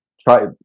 Try